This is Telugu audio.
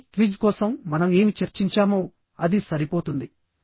కానీ క్విజ్ కోసం మనం ఏమి చర్చించామో అది సరిపోతుంది